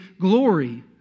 glory